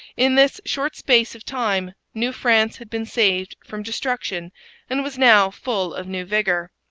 in this short space of time new france had been saved from destruction and was now full of new vigour.